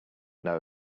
know